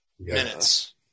Minutes